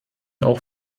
auch